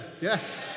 Yes